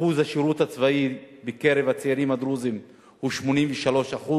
אחוז השירות הצבאי בקרב הצעירים הדרוזים הוא 83%,